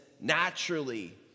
naturally